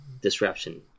disruption